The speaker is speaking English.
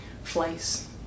place